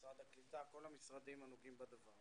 משרד הקליטה כל המשרדים הנוגעים בדבר.